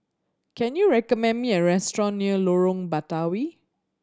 can you recommend me a restaurant near Lorong Batawi